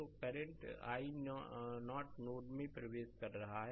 तो यह current i0 node में भी प्रवेश कर रहा है